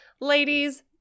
ladies